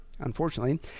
unfortunately